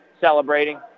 celebrating